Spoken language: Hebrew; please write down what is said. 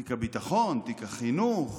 תיק הביטחון, תיק החינוך,